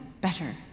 better